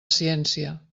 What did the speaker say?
ciència